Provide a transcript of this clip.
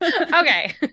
Okay